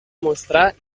mostrar